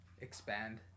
expand